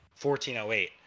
1408